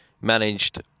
managed